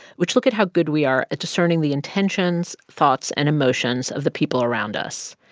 which look at how good we are at discerning the intentions, thoughts and emotions of the people around us,